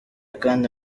kandi